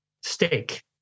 steak